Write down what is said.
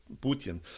putin